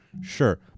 Sure